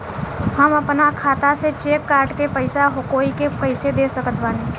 हम अपना खाता से चेक काट के पैसा कोई के कैसे दे सकत बानी?